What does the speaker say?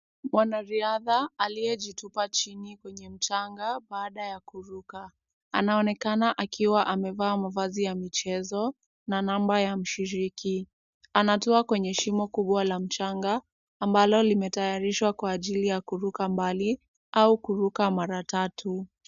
Mwanariadha aliyejitupa chini kwenye mchanga baada ya kuruka. Anaonekana akiwa amevaa mavazi ya michezo na namba ya mshiriki. Anatoa kwenye shimo kubwa la mchanga ambalo limetayarishwa kwa ajili ya kuruka mbali au kuruka mara tatu.